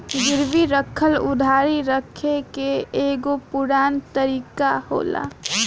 गिरवी राखल उधारी रखे के एगो पुरान तरीका होला